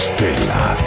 Stella